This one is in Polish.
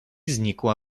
znikła